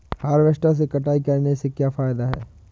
Harvester से कटाई करने से क्या फायदा है?